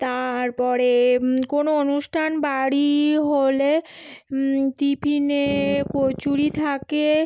তারপরে কোনো অনুষ্ঠান বাড়ি হলে টিফিনে কচুরি থাকে